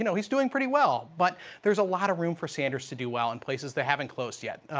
you know he is doing pretty well. but there is a lot of room for sanders to do well in places the have not and closed yeah